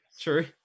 True